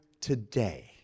today